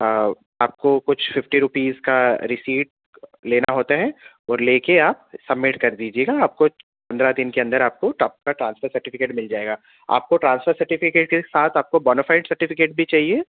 آپ کو کچھ ففٹی روپیز کا رسیٹ لینا ہوتا ہے اور لے کے آپ سبمٹ کر دیجیے گا آپ کو پندرہ دن کے اندر آپ کو آپ کا ٹرانسفر سرٹیفکیٹ مل جائے گا آپ کو ٹرانسفر سرٹیفکیٹ کے ساتھ آپ کو بونافائٹ سرٹیفکیٹ بھی چاہیے